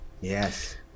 Yes